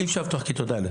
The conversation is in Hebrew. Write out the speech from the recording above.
אי אפשר לפתוח כיתות א'.